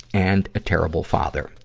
and a terrible father.